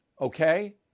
okay